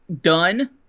done